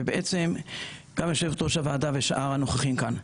ובעצם גם יושבת ראש הוועדה ושאר הנוכחים כאן,